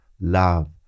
love